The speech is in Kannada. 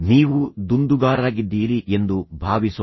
ನೀವು ದುಂದುಗಾರರಾಗಿದ್ದೀರಿ ಎಂದು ಭಾವಿಸೋಣ